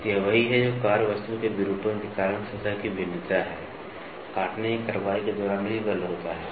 तो यह वही है जो कार्यवस्तु के विरूपण के कारण सतह की भिन्नता है काटने की कार्रवाई के दौरान बल भी होता है